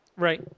Right